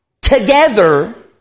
together